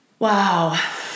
Wow